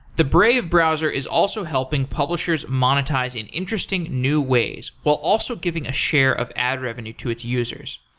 the brave browser is also helping publishers monetize in interesting new ways while also giving a share of ad revenue to its users.